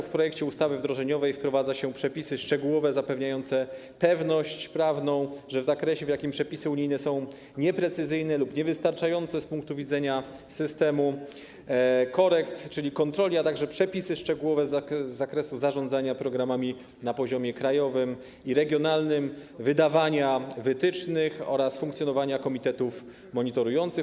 W projekcie ustawy wdrożeniowej wprowadza się przepisy szczegółowe zapewniające pewność prawną w zakresie, w jakim przepisy unijne są nieprecyzyjne lub niewystarczające z punktu widzenia systemu korekt, czyli kontroli, a także przepisy szczegółowe z zakresu zarządzania programami na poziomie krajowym i poziomie regionalnym, wydawania wytycznych oraz funkcjonowania komitetów monitorujących.